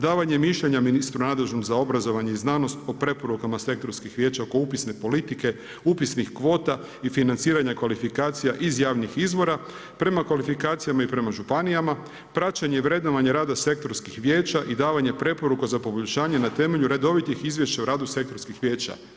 Davanje mišljenja ministru nadležnom za obrazovanje i znanost o preporukama sektorskih vijeća oko upisne politike, upisnih kvota i financiranja kvalifikacija iz javnih izvora prema kvalifikacijama i prema županijama, praćenje i vrednovanje rada sektorskih vijeća i davanje preporuka za poboljšanje na temelju redovitih izvješća o radu sektorskih vijeća.